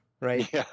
Right